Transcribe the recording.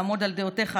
לעמוד על דעותיך,